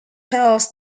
tells